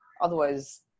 otherwise